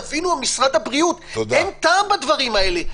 תבינו, משרד הבריאות, אין טעם בדברים האלה.